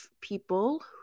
people